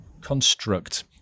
construct